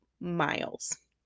miles